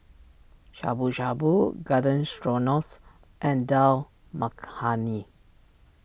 Shabu Shabu Garden strong loss and Dal Makhani